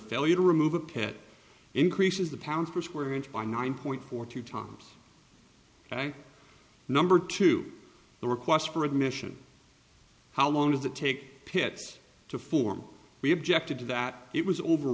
failure to remove a pit increases the pounds per square inch by nine point four two times ok number two the request for admission how long does it take pits to form we objected to that it was over